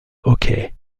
hockey